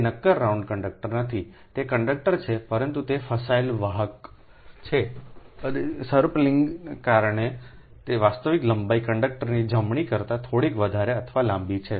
તે નક્કર round conductor નથી તે કંડક્ટર છે પરંતુ તે ફસાયેલા વાહક છે અને સર્પિલિંગને કારણે કે વાસ્તવિક લંબાઈ કંડક્ટરની જમણી કરતા થોડી વધારે અથવા લાંબી છે